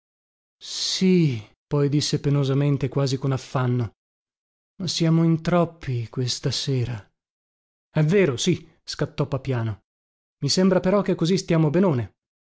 sì poi disse penosamente quasi con affanno ma siamo in troppi questa sera è vero sì scattò apiano i sembra però che così stiamo benone